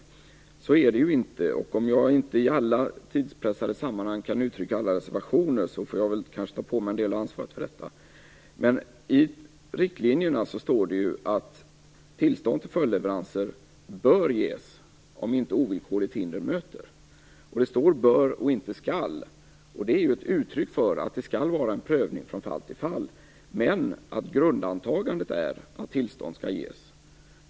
Så är det ju inte. Om jag inte i alla tidspressade sammanhang kan uttrycka alla reservationer får jag kanske ta på mig en del av ansvaret för detta. Men i riktlinjerna står det att tillstånd till följdleveranser bör ges om inte ovillkorligt hinder möter. Det står bör och inte skall. Det är ett uttryck för att det skall ske en prövning från fall till fall men att grundantagandet är att tillstånd skall ges.